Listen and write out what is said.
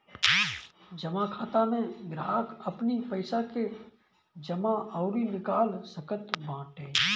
जमा खाता में ग्राहक अपनी पईसा के जमा अउरी निकाल सकत बाटे